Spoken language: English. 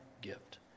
gift